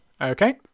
Okay